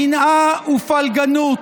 שנאה ופלגנות.